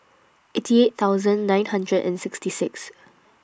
eighty eight thosuand nine hundred and sixty six